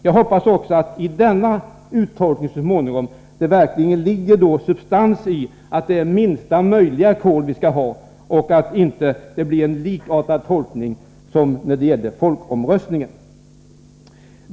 Jag hoppas att det verkligen finns substans i uttolkningen att det är minsta möjliga kol vi skall ha och att det inte blir en likartad tolkning som när det gäller folkomröstningen.